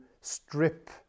strip